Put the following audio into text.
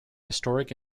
historic